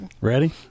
Ready